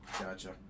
Gotcha